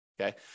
okay